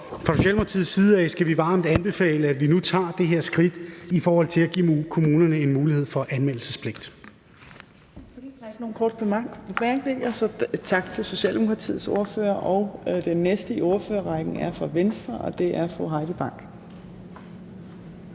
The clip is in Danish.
fra Socialdemokratiets side skal vi varmt anbefale, at vi nu tager det her skridt i forhold til at give kommunerne en mulighed for anmeldelsespligt.